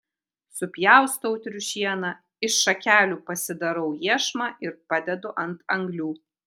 supjaustau triušieną iš šakelių pasidarau iešmą ir padedu ant anglių